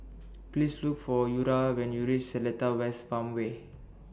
Please Look For Eura when YOU REACH Seletar West Farmway